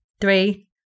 Three